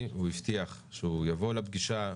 הכנסתם את הדיון הזה בלי ליידע אף אחד ובניגוד להסכמות.